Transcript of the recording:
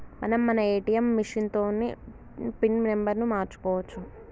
మనం మన ATM machine తోటి పిన్ నెంబర్ను మార్చుకోవచ్చు